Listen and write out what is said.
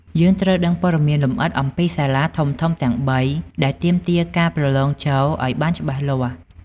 យើងត្រូវដឹងព័ត៌មានលម្អិតអំពីសាលាធំៗទាំងបីដែលទាមទារការប្រឡងចូលឱ្យបានច្បាស់លាស់។